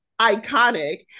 iconic